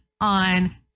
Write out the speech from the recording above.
on